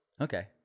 Okay